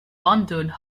wondered